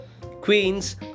Queens